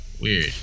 Weird